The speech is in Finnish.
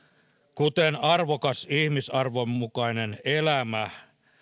kuten arvokas ihmisarvon mukainen elämä